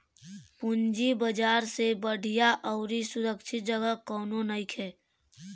पूंजी बाजार से बढ़िया अउरी सुरक्षित जगह कौनो नइखे